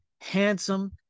handsome